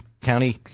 county